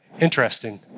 interesting